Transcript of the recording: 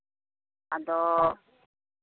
ᱟᱫᱚ